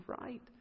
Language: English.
right